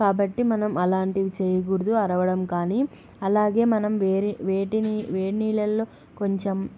కాబట్టి మనం అలాంటివి చేయకూడదు అరవడం కానీ అలాగే మనం వేడి వేటిని వేడి నీళ్ళల్లో కొంచెం